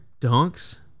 dunks